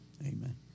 Amen